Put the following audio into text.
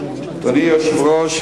אדוני היושב-ראש,